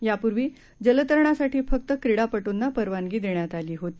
यापूर्वी जलतरणासाठी फक्त क्रीडापटूंना परवानगी देण्यात आली होती